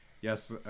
Yes